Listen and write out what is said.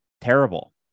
terrible